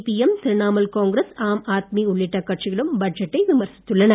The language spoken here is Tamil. சிபிஎம் திரிணாமூல் காங்கிரஸ் ஆம்ஆத்மி உள்ளிட்ட கட்சிகளும் பட்ஜெட்டை விமர்சித்துள்ளன